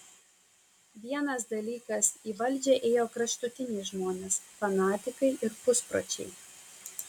vienas dalykas į valdžią ėjo kraštutiniai žmonės fanatikai ir puspročiai